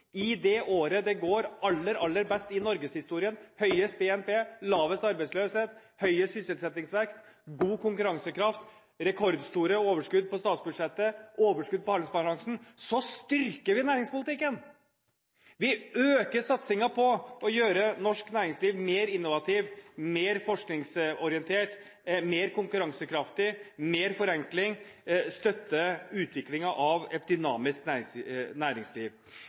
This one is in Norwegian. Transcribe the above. I det året det går aller, aller best i norgeshistorien – vi har høyest BNP, lavest arbeidsløshet, høyest sysselsettingsvekst, god konkurransekraft, rekordstore overskudd på statsbudsjettet, overskudd på handelsbalansen – styrker vi næringspolitikken. Vi øker satsingen på å gjøre norsk næringsliv mer innovativt, mer forskningsorientert, mer konkurransekraftig, satser mer på forenkling og støtte til utviklingen av et dynamisk næringsliv.